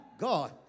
God